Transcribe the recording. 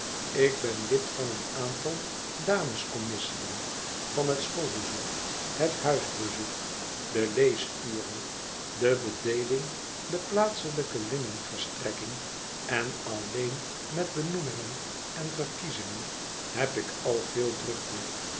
ik hen lid van een aantal damescommissiën van het schoolbezoek het huisbezoek de leesuren de bedeeling de plaatselijke linnenverstrekking en alleen met benoemingen en verkiezingen heb ik al veel drukte